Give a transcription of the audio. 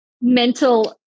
mental